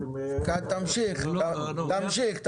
אתם --- תמשיך, תמשיך.